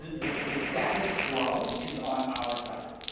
the the status quo is on our side.